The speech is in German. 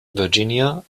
virginia